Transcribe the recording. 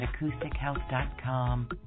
acoustichealth.com